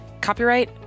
Copyright